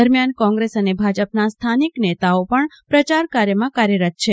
દરમ્યાન કોંગ્રેસ અને ભાજપના સ્થાનિક નેતાઓ પણ પ્રચારમાં કાર્યરત છે